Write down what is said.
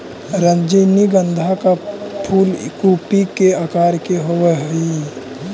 रजनीगंधा का फूल कूपी के आकार के होवे हई